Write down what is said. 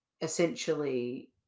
essentially